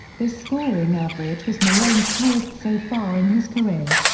this scoring average was malone's highest so far in his career.